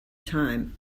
time